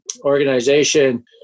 organization